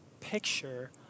picture